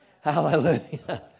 hallelujah